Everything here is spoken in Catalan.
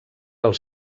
els